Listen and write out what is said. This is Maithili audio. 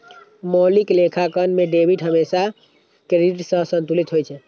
मौलिक लेखांकन मे डेबिट हमेशा क्रेडिट सं संतुलित होइ छै